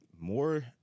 more